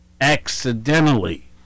accidentally